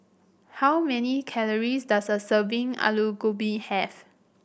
how many calories does a serving Alu Gobi have